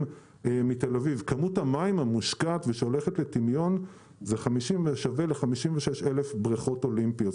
כמות המים שמושקעת והולכת לטמיון זה שווה ל-56,000 בריכות אולימפיות.